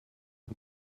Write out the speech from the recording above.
and